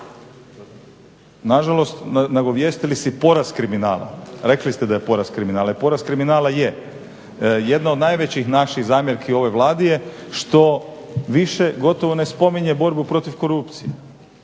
Nažalost, nagovijestili ste i porast kriminala, rekli ste da je porast kriminala. I porast kriminala je. Jedna od najvećih naših zamjerki ovoj Vladi je što više gotovo ne spominje borbu protiv korupcije.